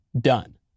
done